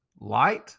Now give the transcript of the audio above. light